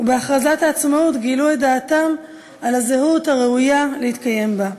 ובהכרזת העצמאות גילו את דעתם על הזהות הראויה להתקיים בה.